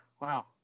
wow